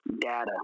data